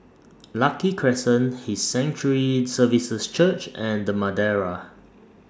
Lucky Crescent His Sanctuary Services Church and The Madeira